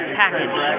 package